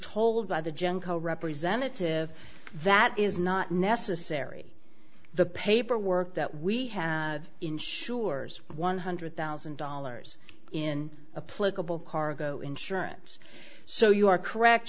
told by the junco representative that is not necessary the paperwork that we have ensures one hundred thousand dollars in a political cargo insurance so you are correct